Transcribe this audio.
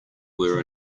were